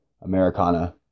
Americana